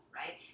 right